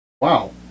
Wow